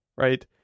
Right